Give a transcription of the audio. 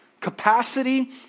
capacity